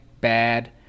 bad